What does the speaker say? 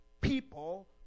people